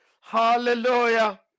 Hallelujah